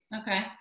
Okay